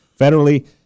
federally